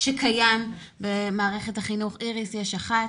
שקיים במערכת החינוך, איריס יש אחת.